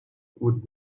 would